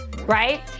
right